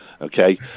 Okay